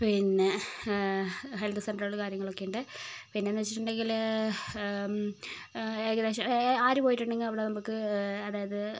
പിന്നെ ഹെൽത്ത് സെൻ്ററുകളും കാര്യങ്ങളൊക്കെ ഉണ്ട് പിന്നെ എന്നു വെച്ചിട്ടുണ്ടെങ്കില് ഏകദേശം ആര് പോയിട്ടുണ്ടെങ്കിലും അവിടെ നമുക്ക് അതായത്